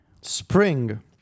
Spring